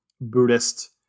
Buddhist